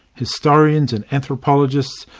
historians and anthropologists,